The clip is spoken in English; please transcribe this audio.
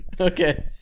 Okay